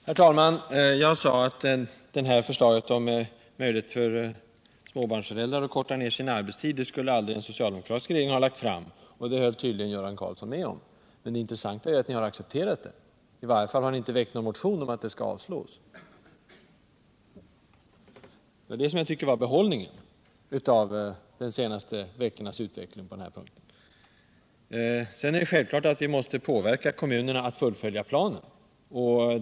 Herr talman! Jag sade att förslaget om möjlighet för småbarnsföräldrar att korta ner sin arbetstid skulle aldrig en socialdemokratisk regering ha lagt fram, och det höll tydligen Göran Karlsson med om. Men det intressanta är att ni har accepterat det — ni har i varje fall inte väckt någon motion om att förslaget skall avslås. Det var det som var behållningen av de senaste veckornas utveckling. Det är självklart att vi måste påverka kommunerna att fullfölja planen.